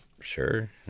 sure